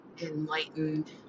enlightened